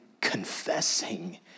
confessing